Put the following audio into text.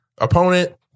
Opponent